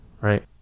right